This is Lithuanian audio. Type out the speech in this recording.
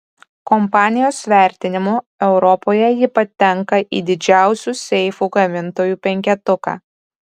kompanijos vertinimu europoje ji patenka į didžiausių seifų gamintojų penketuką